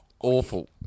awful